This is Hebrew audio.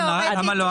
(היו"ר משה גפני) למה לא אנחנו